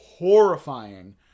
horrifying